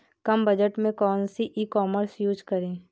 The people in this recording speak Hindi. कम बजट में कौन सी ई कॉमर्स यूज़ करें?